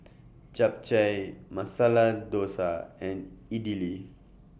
Japchae Masala Dosa and Idili